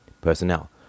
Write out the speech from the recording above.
personnel